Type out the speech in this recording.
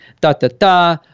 da-da-da